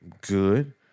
good